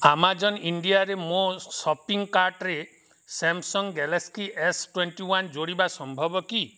Amazon ଇଣ୍ଡିଆରେ ମୋ shopping କାର୍ଟରେ Samsung Galaxy S twenty one ଯୋଡ଼ିବା ସମ୍ଭବ କି